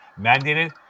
mandated